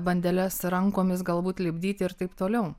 bandeles rankomis galbūt lipdyti ir taip toliau